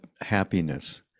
happiness